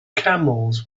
camels